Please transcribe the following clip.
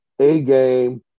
A-game